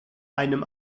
einem